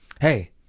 Hey